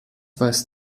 weißt